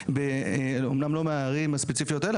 אמנם לא מהערים הספציפיות האלה,